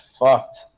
fucked